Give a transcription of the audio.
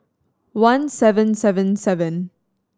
one seven seven seven